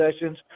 sessions